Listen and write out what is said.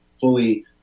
fully